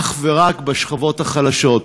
אך ורק בשכבות החלשות,